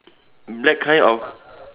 black kind of